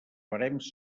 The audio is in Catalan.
barems